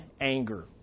anger